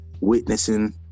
Witnessing